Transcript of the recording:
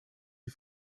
die